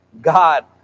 God